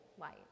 light